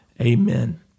Amen